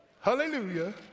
Hallelujah